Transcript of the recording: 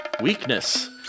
Weakness